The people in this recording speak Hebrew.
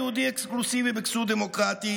ולא שיח יהודי אקסקלוסיבי בכסות דמוקרטית.